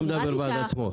לא, לא מדבר בעד עצמו.